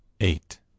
eight